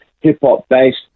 hip-hop-based